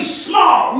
small